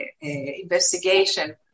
investigation